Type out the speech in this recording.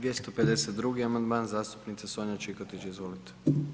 252. amandman zastupnice Sonje Čikotić, izvolite.